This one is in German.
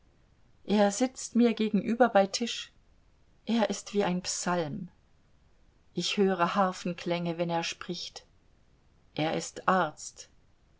er sitzt mir gegenüber bei tisch er ist wie ein psalm ich höre harfenklänge wenn er spricht er ist arzt